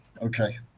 okay